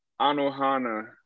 Anohana